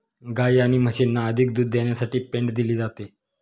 गायी आणि म्हशींना अधिक दूध देण्यासाठी पेंड दिली जाते